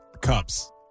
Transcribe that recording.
cups